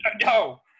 No